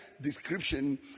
description